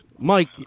Mike